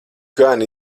gan